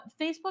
Facebook